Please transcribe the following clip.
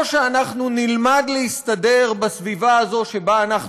או שאנחנו נלמד להסתדר בסביבה הזאת שבה אנחנו